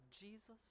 Jesus